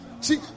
see